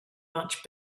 much